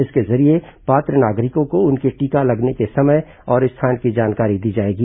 इसके जरिए पात्र नागरिकों को उनके टीका लगने के समय और स्थान की जानकारी दी जाएगी